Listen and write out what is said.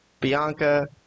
Bianca